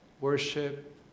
worship